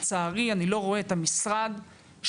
ולצערי, אני לא רואה את המשרד שותף.